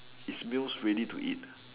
is meals ready to eat